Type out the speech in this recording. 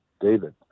David